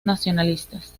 nacionalistas